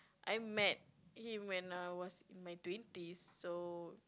I met him when I was in my twenties so